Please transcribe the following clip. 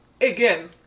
again